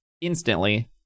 instantly